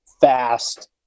fast